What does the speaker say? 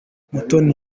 mutoni